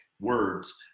words